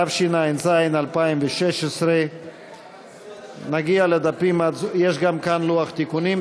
התשע"ז 2016. שימו לב שגם כאן יש לוח תיקונים.